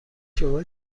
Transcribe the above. شما